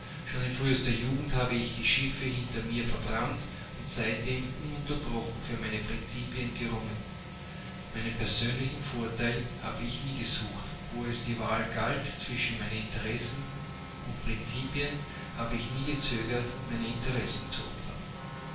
schon in frühester jugend habe ich die schiffe hinter mir verbrannt und seitdem ununterbrochen für meine prinzipien gerungen meinen persönlichen vorteil habe ich nie gesucht wo es die wahl galt zwischen meinen interessen sen und prinzipien habe ich nie gezögert meine interessen zu opfern